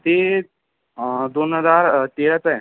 ती दोन हजार तेराचं आहे